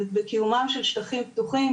וקיומם של שטחים פתוחים,